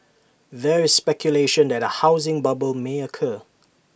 there is speculation that A housing bubble may occur